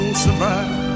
survive